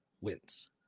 wins